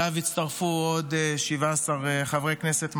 שאליו הצטרפו עוד 17 חברי כנסת מהקואליציה,